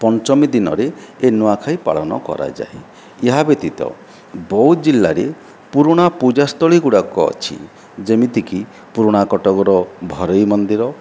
ପଞ୍ଚମୀ ଦିନରେ ଏହି ନୂଆଖାଇ ପାଳନ କରାଯାଏ ଏହା ବ୍ୟତୀତ ବଉଦ ଜିଲ୍ଲାରେ ପୁରୁଣା ପୂଜାସ୍ଥଳୀ ଗୁଡ଼ାକ ଅଛି ଯେମିତିକି ପୁରୁଣା କଟକର ଭରେଇ ମନ୍ଦିର